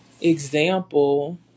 Example